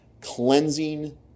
cleansing